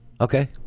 Okay